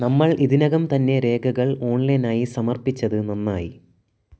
നമ്മൾ ഇതിനകം തന്നെ രേഖകൾ ഓൺലൈനായി സമർപ്പിച്ചത് നന്നായി